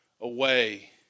away